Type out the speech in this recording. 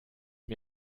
mir